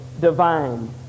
divine